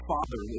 Father